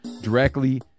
directly